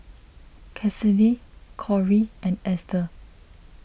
Cassidy Korey and Esther